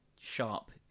sharp